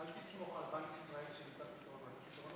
כבוד יושב-הראש, כבוד